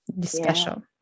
special